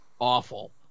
awful